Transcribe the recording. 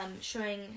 showing